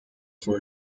for